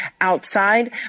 outside